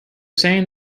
saying